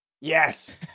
Yes